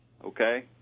Okay